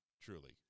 truly